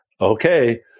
okay